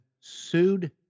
sued